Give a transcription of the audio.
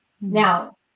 now